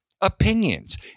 opinions